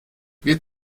wird